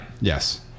Yes